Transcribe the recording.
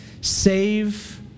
save